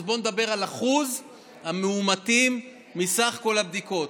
אז בוא נדבר על אחוז המאומתים בסך כל הבדיקות: